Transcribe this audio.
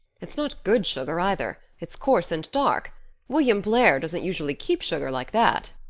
it's not good sugar, either it's coarse and dark william blair doesn't usually keep sugar like that.